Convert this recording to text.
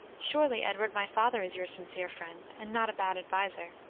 surely, edward, my father is your sincere friend, and not a bad adviser.